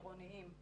עירוניים.